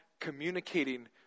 communicating